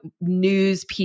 news